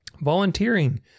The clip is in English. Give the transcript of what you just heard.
Volunteering